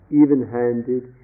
even-handed